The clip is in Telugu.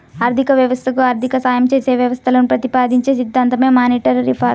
ఆర్థిక వ్యవస్థకు ఆర్థిక సాయం చేసే వ్యవస్థలను ప్రతిపాదించే సిద్ధాంతమే మానిటరీ రిఫార్మ్